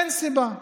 אין סיבה.